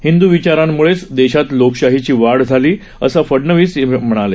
हिंदू विचारांमुळेच देशात लोकशाहीची वाढ झाली असं फडनवीस म्हणाले